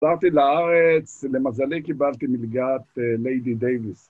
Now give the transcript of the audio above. חזרתי לארץ, למזלי קיבלתי מלגת ליידי דייוויס